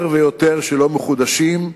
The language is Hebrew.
יותר ויותר, שלא מחודשים,